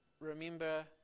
remember